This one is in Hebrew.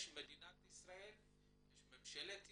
יש את מדינת ישראל, יש את ממשלת ישראל,